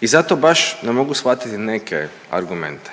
i zato baš ne mogu shvatiti neke argumente.